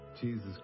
Jesus